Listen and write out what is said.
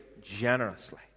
generously